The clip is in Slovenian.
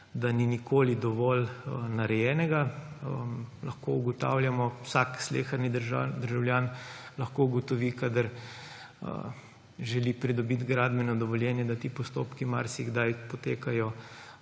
da ni nikoli dovolj narejenega. Vsak sleherni državljan lahko ugotovi, kadar želi pridobiti gradbeno dovoljenje, da ti postopki marsikdaj potekajo